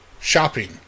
shopping